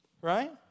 Right